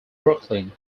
brooklyn